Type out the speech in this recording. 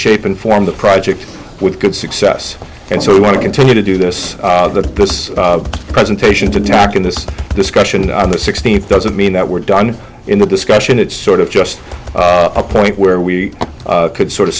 shape and form the project with good success and so we want to continue to do this because the presentation to tack in this discussion on the sixteenth doesn't mean that we're done in the discussion it's sort of just a point where we could sort of